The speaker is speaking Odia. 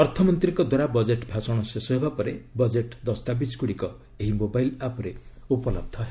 ଅର୍ଥମନ୍ତ୍ରୀଙ୍କ ଦ୍ୱାରା ବଜେଟ୍ ଭାଷଣ ଶେଷ ହେବା ପରେ ବଜେଟ୍ ଦସ୍ତାବିଜ୍ ଗୁଡ଼ିକ ଏହି ମୋବାଇଲ୍ ଆପ୍ରେ ଉପଲବ୍ଧ ହେବ